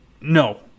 no